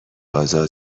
ازاد